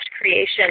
creation